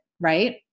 right